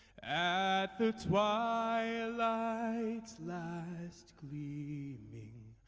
at the twilight's last gleaming.